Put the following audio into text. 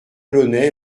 launay